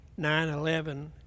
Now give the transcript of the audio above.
9-11